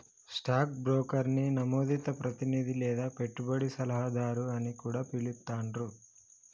stock బ్రోకర్ని నమోదిత ప్రతినిధి లేదా పెట్టుబడి సలహాదారు అని కూడా పిలుత్తాండ్రు